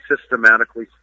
systematically